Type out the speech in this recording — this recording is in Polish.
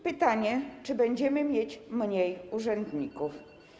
Pytanie: Czy będziemy mieć mniej urzędników?